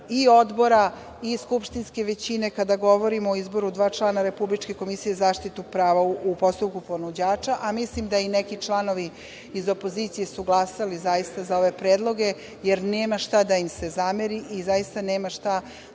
i odbora i skupštinske većine, kada govorimo izboru dva člana Republičke komisije za zaštitu prava u postupku ponuđača. Mislim da i neki članovi iz opozicije su glasali za ove predloge, jer nema šta da im se zameri i zaista nema šta